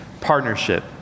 partnership